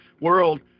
world